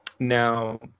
Now